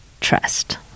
trust